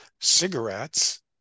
cigarettes